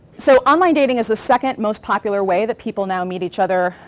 so online dating is the second most popular way that people now meet each other,